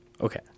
Okay